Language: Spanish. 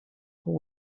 con